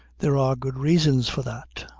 there are good reasons for that.